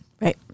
right